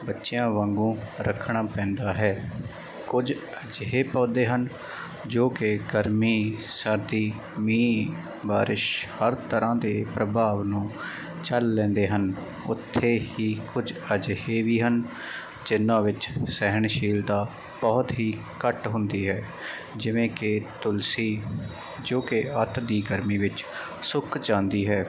ਬੱਚਿਆ ਵਾਂਗੂ ਰੱਖਣਾ ਪੈਂਦਾ ਹੈ ਕੁਝ ਅਜਿਹੇ ਪੌਦੇ ਹਨ ਜੋ ਕਿ ਗਰਮੀ ਸਰਦੀ ਮੀਹ ਬਾਰਿਸ਼ ਹਰ ਤਰ੍ਹਾਂ ਦੇ ਪ੍ਰਭਾਵ ਨੂੰ ਝੱਲ ਲੈਂਦੇ ਹਨ ਉੱਥੇ ਹੀ ਕੁਝ ਅਜਿਹੇ ਵੀ ਹਨ ਜਿਹਨਾਂ ਵਿੱਚ ਸਹਿਣਸ਼ੀਲਤਾ ਬਹੁਤ ਹੀ ਘੱਟ ਹੁੰਦੀ ਹੈ ਜਿਵੇਂ ਕਿ ਤੁਲਸੀ ਜੋ ਕਿ ਅੱਤ ਦੀ ਗਰਮੀ ਵਿੱਚ ਸੁੱਕ ਜਾਂਦੀ ਹੈ